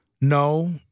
No